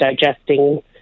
digesting